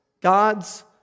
God's